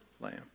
Lamb